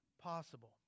possible